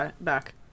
back